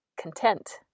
content